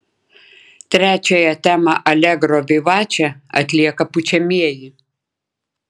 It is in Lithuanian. trečiąją temą alegro vivače atlieka pučiamieji